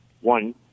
one